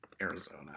Arizona